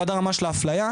עד הרמה של האפליה,